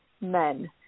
Men